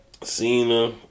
Cena